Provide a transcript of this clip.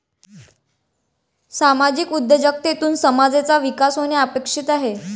सामाजिक उद्योजकतेतून समाजाचा विकास होणे अपेक्षित आहे